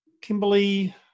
Kimberly